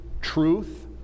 truth